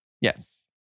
Yes